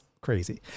crazy